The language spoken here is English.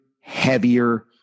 heavier